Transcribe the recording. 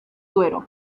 duero